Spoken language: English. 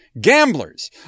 gamblers